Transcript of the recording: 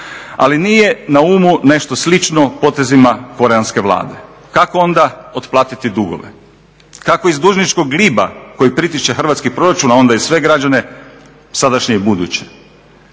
Ali nije na umu nešto slično potezima Korejanske Vlade. Kako onda otplatiti dugove? Kako iz dužničkog gliba koji pritišće hrvatski proračun, a onda i sve građane, sadašnje i buduće.